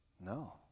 No